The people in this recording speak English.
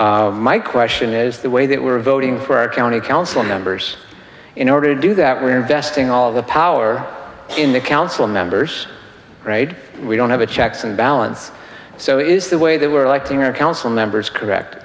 my question is the way that we were voting for our county council members in order to do that we are investing all the power in the council members right we don't have a checks and balance so is the way they were electing our council members correct